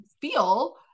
feel